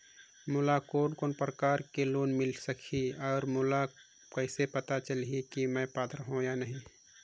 मोला कोन कोन प्रकार के लोन मिल सकही और मोला पता कइसे चलही की मैं पात्र हों या नहीं?